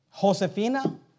Josefina